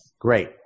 Great